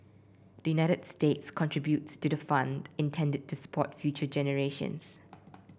the United States contributes to the fund intended to support future generations